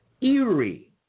Eerie